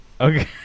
Okay